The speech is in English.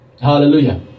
Hallelujah